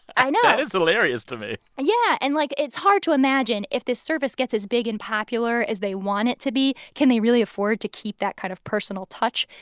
i know that is hilarious to me yeah. and, like, it's hard to imagine, if this service gets as big and popular as they want it to be, can they really afford to keep that kind of personal touch?